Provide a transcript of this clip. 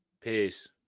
Peace